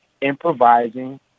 improvising